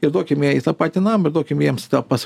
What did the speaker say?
ir duokim ją į tą patį namą ir duokim jiems tą pas